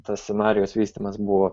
tas scenarijaus vystymas buvo